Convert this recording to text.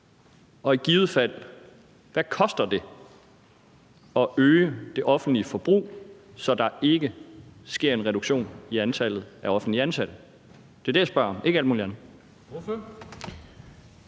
det i givet fald at øge det offentlige forbrug, så der ikke sker en reduktion i antallet af offentligt ansatte? Det er det, jeg spørger om,